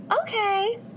okay